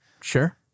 Sure